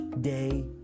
day